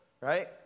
Right